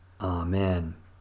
amen